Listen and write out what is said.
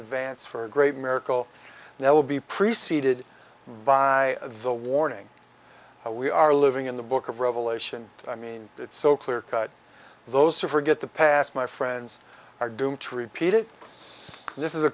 advance for a great miracle now will be preceded by the warning we are living in the book of revelation i mean it's so clear cut those who forget the past my friends are doomed to repeat it this is a